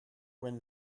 when